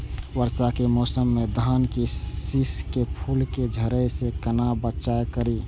वर्षा के मौसम में धान के शिश के फुल के झड़े से केना बचाव करी?